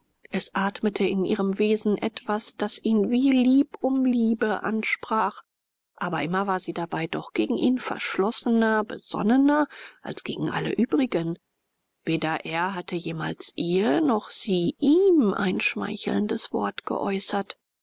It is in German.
es atmete in ihrem wesen etwas das ihn wie lieb um liebe ansprach aber immer war sie dabei doch gegen ihn verschlossener besonnener als gegen alle übrigen weder er hatte jemals ihr noch sie ihm ein schmeichelndes wort geäußert